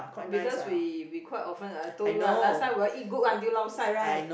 because we we quite often I told you right last time we eat goodwood eat until lao sai right